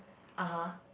(uh huh)